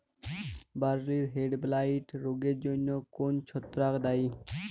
বার্লির হেডব্লাইট রোগের জন্য কোন ছত্রাক দায়ী?